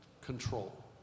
control